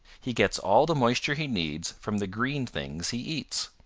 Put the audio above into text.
he gets all the moisture he needs from the green things he eats.